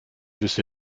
wüsste